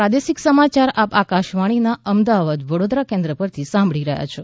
આ પ્રાદેશિક સમાચાર આપ આકાશવાણીના અમદાવાદ વડોદરા કેન્દ્ર પરથી સાંભળી રહ્યા છો